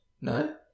No